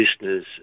listeners